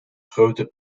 grote